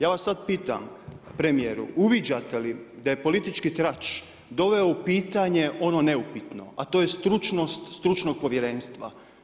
Ja vas sad pitam premijeru, uviđate li da je politički trač doveo u pitanje ono neupitno a to je stručnost stručnog povjerenstva.